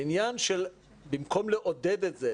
במקום לעודד את זה,